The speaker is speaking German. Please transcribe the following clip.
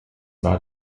war